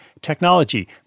technology